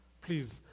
please